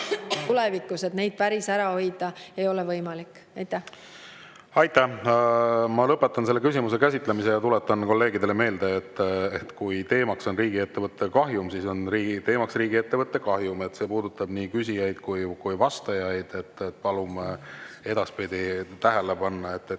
tulevikus, neid päris ära hoida ei ole võimalik. Aitäh! Ma lõpetan selle küsimuse käsitlemise ja tuletan kolleegidele meelde, et kui teema on riigiettevõtte kahjum, siis on teema riigiettevõtte kahjum. See puudutab nii küsijaid kui ka vastajaid. Nii et palume edaspidi tähele panna,